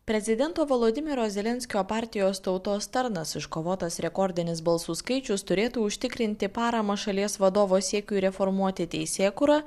prezidento volodymyro zelenskio partijos tautos tarnas iškovotas rekordinis balsų skaičius turėtų užtikrinti paramą šalies vadovo siekiui reformuoti teisėkūrą